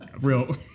Real